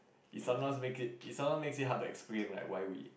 it sometimes make it it sometimes makes it hard to explain like why we